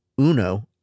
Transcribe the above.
Uno